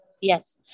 Yes